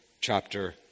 chapter